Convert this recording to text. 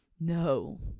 No